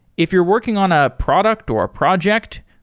if you're working on a product or project,